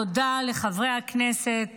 תודה לחברי הכנסת